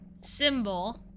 symbol